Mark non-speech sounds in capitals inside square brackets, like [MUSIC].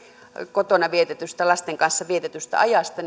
kotona lasten kanssa vietetystä ajasta [UNINTELLIGIBLE]